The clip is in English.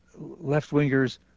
left-wingers